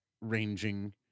ranging